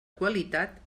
qualitat